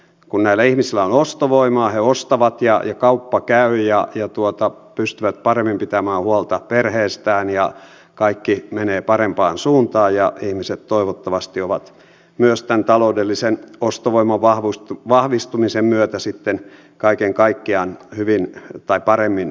kun näillä ihmisillä on ostovoimaa he ostavat ja kauppa käy ja pystyvät paremmin pitämään huolta perheestään ja kaikki menee parempaan suuntaan ja toivottavasti ihmiset ovat taloudellisen ostovoiman vahvistumisen myötä sitten kaiken kaikkiaan paremmin voivia